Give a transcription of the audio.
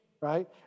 right